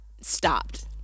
stopped